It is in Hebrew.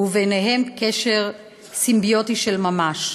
וביניהם קשר סימביוטי של ממש,